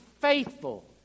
faithful